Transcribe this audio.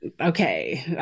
okay